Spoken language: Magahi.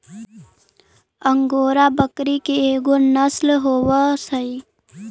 अंगोरा बकरी के एगो नसल होवऽ हई